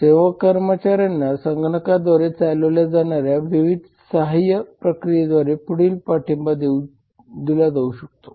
सेवा कर्मचाऱ्यांना संगणकाद्वारे चालवल्या जाणाऱ्या विविध सहाय्य प्रक्रियेद्वारे पुढे पाठिंबा दिला जाऊ शकतो